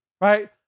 right